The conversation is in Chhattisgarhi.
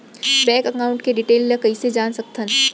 बैंक एकाउंट के डिटेल ल कइसे जान सकथन?